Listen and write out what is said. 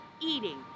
eating